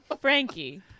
Frankie